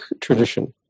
tradition